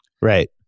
Right